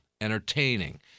entertaining